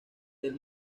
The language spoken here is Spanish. del